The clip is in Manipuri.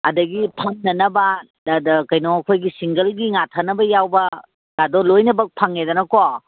ꯑꯗꯒꯤ ꯐꯝꯅꯅꯕ ꯀꯩꯅꯣ ꯑꯩꯈꯣꯏꯒꯤ ꯁꯤꯡꯒꯜꯒꯤ ꯉꯥꯊꯅꯕ ꯌꯥꯎꯕ ꯀꯥꯗꯣ ꯂꯣꯏꯅꯃꯛ ꯐꯪꯉꯦꯗꯅꯀꯣ